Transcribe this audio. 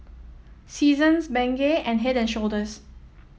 Seasons Bengay and Head And Shoulders